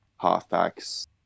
halfbacks